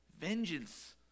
Vengeance